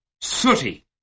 sooty